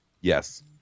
Yes